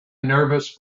nervous